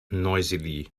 noisily